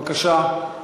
בבקשה.